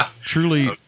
Truly